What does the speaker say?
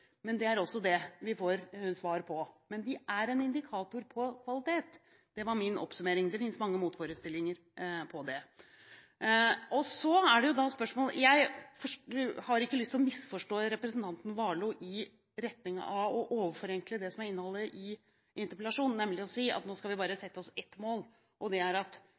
men det er også det vi får svar på. De er en indikator på kvalitet. Det var min oppsummering. Det finnes mange motforestillinger til det. Jeg har ikke lyst til å misforstå representanten Warloe i retning av å overforenkle det som er innholdet i interpellasjonen, nemlig å si at nå skal vi bare sette oss ett mål, og det er at